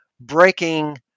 breaking